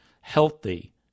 healthy